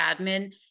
admin